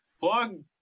Plug